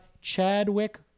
Chadwick